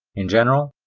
in general,